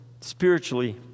spiritually